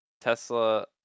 Tesla